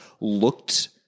looked